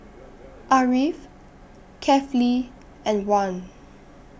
Ariff Kefli and Wan